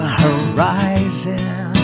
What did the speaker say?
horizon